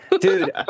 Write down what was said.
dude